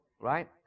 right